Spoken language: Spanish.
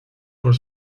por